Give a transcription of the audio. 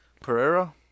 Pereira